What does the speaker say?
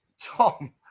Tom